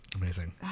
amazing